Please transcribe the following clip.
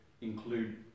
include